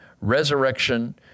resurrection